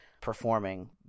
performing